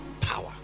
Power